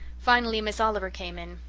finally, miss oliver came in.